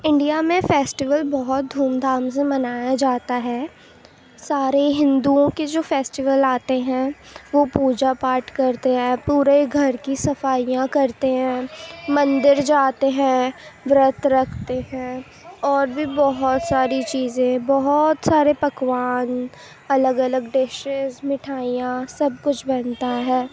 India میں festival بہت دھوم دھام سے منایا جاتا ہے سارے ہندوؤں کے جو فیسٹیول آتے ہیں وہ پوجا پاٹھ کرتے ہیں پورے گھر کی صفائیاں کرتے ہیں مندر جاتے ہیں ورت رکھتے ہیں اور بھی بہت ساری چیزیں ہیں بہت سارے پکوان الگ الگ ڈشیز مٹھائیاں سب کچھ بنتا ہے